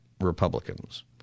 Republicans